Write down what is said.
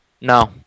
No